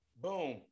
Boom